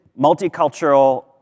multicultural